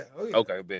okay